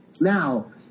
Now